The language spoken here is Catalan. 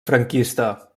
franquista